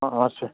ହଁ ହଁ ଆସୁଛି